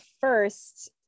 first